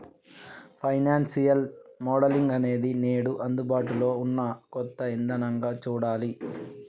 financial modelling అనేది నేడు అందుబాటులో ఉన్న కొత్త ఇదానంగా చూడాలి